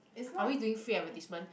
are we doing free advertisement